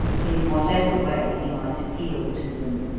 in what ever way he might appeal to them.